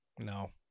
No